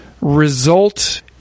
result